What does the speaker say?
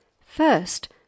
First